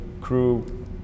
crew